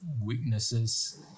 weaknesses